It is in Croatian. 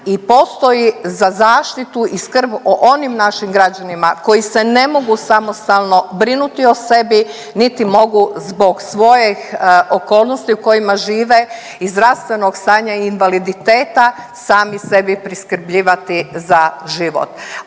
i postoji za zaštitu i skrb o onim našim građanima koji se ne mogu samostalno brinuti o sebi niti mogu zbog svojih okolnosti u kojima žive i zdravstvenog stanja i invaliditeta sami sebi priskrbljivati za život.